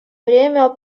время